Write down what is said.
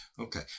okay